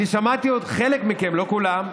אני שמעתי חלק מכם, לא כולם,